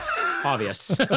Obvious